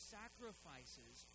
sacrifices